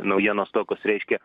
naujienos tokios reiškia